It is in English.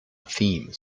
theme